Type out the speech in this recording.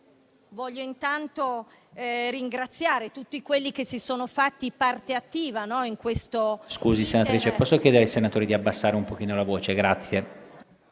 Vorrei intanto ringraziare tutti quelli che si sono fatti parte attiva in questo *iter*…